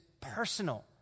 personal